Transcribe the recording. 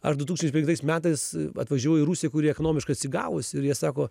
ar du tūkstančiai penktais metais atvažiavau į rusiją kuri ekonomiškai atsigavusi ir jie sako